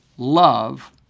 love